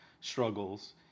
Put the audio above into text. struggles